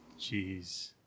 Jeez